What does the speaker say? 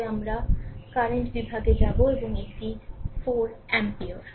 তবে আমরা কারেন্ট বিভাগে যাব এবং এটি 4 অ্যামপিয়ার